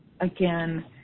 again